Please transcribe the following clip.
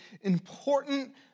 important